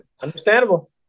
understandable